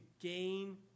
gain